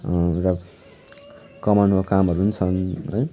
र कमानको कामहरू पनि छन् है